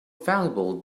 valuable